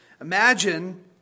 Imagine